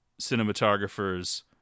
cinematographers